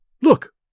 Look